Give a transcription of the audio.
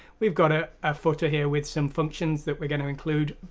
we've got a ah footer here with some functions that we're going to include,